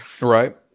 Right